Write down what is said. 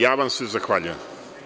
Ja vam se zahvaljujem.